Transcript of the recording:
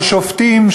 על שופטים,